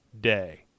Day